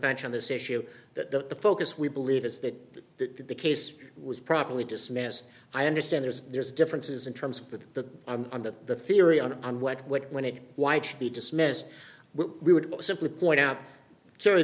bench on this issue that the focus we believe is that the case was properly dismissed i understand there's there's differences in terms of the under the theory and on what what when it why it should be dismissed we would simply point out